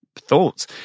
thoughts